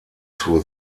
zur